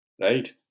right